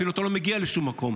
אתה אפילו לא מגיע לשום מקום.